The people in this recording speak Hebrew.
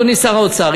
אדוני שר האוצר,